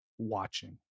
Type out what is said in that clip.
watching